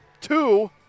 two